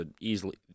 easily